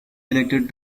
elected